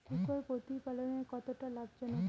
শূকর প্রতিপালনের কতটা লাভজনক?